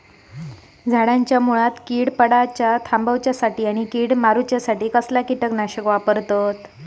झाडांच्या मूनात कीड पडाप थामाउच्या खाती आणि किडीक मारूच्याखाती कसला किटकनाशक वापराचा?